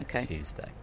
Tuesday